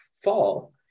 fall